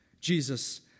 Jesus